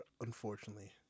unfortunately